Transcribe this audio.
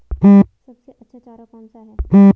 सबसे अच्छा चारा कौन सा है?